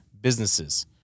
businesses